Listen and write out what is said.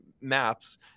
maps